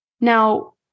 Now